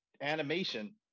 Animation